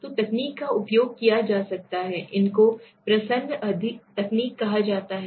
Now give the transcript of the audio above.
तो तकनीक का उपयोग किया जा रहा है इनको प्रच्छन्न तकनीक कहा जाता है